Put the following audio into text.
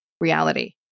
reality